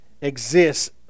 exists